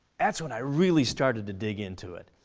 that's when i really started to dig into it.